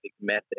method